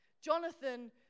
Jonathan